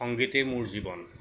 সংগীতেই মোৰ জীৱন